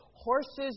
horses